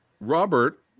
Robert